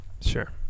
Sure